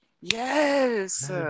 Yes